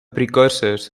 precursors